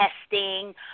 testing